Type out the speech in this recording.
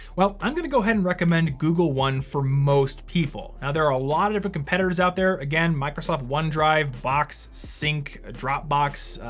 well, i'm gonna go ahead and recommend google one for most people. now there are a lot of competitors out there again, microsoft one drive, box, sync dropbox,